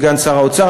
סגן שר האוצר,